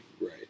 Right